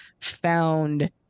found